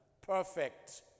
Perfect